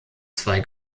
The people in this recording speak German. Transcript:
zwei